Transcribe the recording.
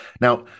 Now